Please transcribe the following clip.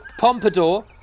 Pompadour